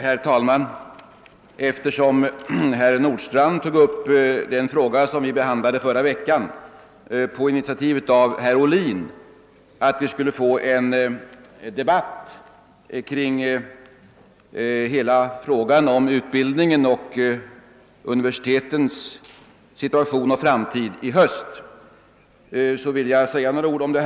Herr talman! Herr Nordstrandh tog upp den tanke som vi diskuterade förra veckan på initiativ av herr Ohlin, nämligen att vi i höst skulle få en debatt kring hela problemet om utbildningen och universitetens situation och framtid, och jag vill säga ytterligare några ord om den.